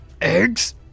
Eggs